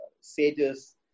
sages